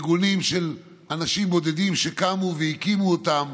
ארגונים של אנשים בודדים שקמו והקימו אותם.